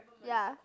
ya